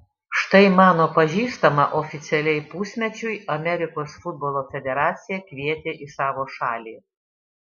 štai mano pažįstamą oficialiai pusmečiui amerikos futbolo federacija kvietė į savo šalį